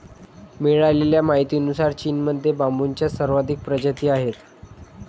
मिळालेल्या माहितीनुसार, चीनमध्ये बांबूच्या सर्वाधिक प्रजाती आहेत